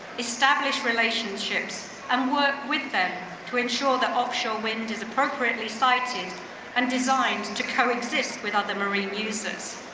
establish relationships and work with them to ensure that offshore wind is appropriately sited and designed to coexist with other marine users.